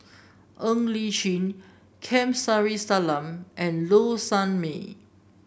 Ng Li Chin Kamsari Salam and Low Sanmay